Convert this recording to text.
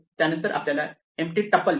त्यानंतर आपल्याला empty tuple मिळते